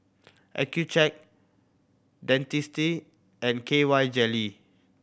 Accucheck Dentiste and K Y Jelly